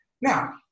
now